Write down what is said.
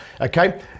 okay